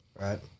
Right